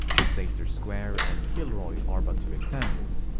the sator square and kilroy are but two examples.